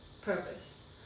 purpose